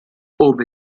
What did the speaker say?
ove